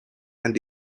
and